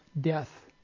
death